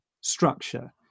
structure